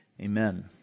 amen